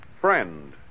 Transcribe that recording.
Friend